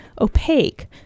opaque